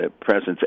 presence